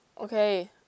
Okay